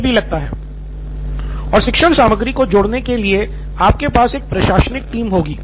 नितिन कुरियन और शिक्षण सामग्री को जोड़ने के लिए आपके पास एक प्रशासनिक टीम होगी